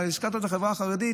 אתה הזכרת את החברה החרדית.